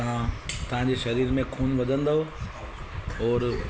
त तव्हांजे शरीर में खून वधंदव और